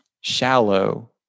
shallow